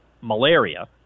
malaria